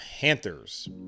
Panthers